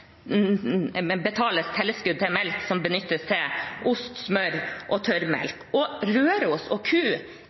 tilskudd til melk som benyttes til ost, smør og tørrmelk. Rørosmeieriet og